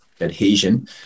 adhesion